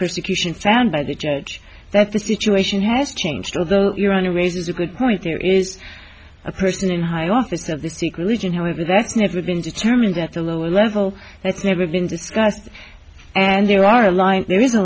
persecution found by the church that the situation has changed although your honor raises a good point there is a person in high office of the sikh religion however that's never been determined at the lower level that's never been discussed and there are a line there is a